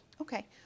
okay